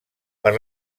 per